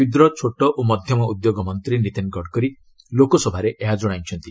କ୍ଷୁଦ୍ର ଛୋଟ ଓ ମଧ୍ୟମ ଉଦ୍ୟୋଗ ମନ୍ତ୍ରୀ ନୀତିନ ଗଡ଼କରୀ ଲୋକସଭାରେ ଏହା କହିଛନ୍ତି